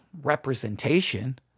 representation